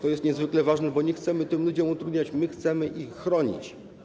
To jest niezwykle ważne, bo nie chcemy tym ludziom niczego utrudniać, my chcemy ich chronić.